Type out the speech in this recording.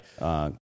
right